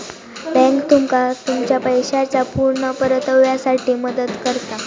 bank तुमका तुमच्या पैशाच्या पुर्ण परताव्यासाठी मदत करता